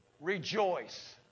rejoice